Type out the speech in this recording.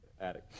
attic